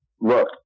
look